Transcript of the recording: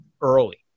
early